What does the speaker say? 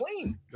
clean